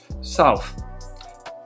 south